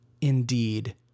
indeed